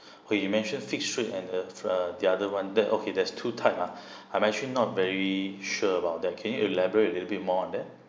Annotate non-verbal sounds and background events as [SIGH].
[BREATH] oh you mention fixed rate and uh err the other one the okay there's two type ah [BREATH] I'm actually not very sure about that can you elaborate a little bit more on that